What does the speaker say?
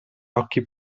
occhi